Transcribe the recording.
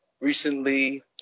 Recently